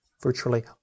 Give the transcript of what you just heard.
Virtually